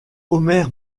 omer